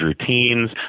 routines